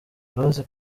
rose